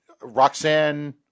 Roxanne